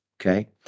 Okay